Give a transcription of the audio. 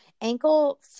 Ankle